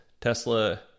Tesla